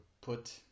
put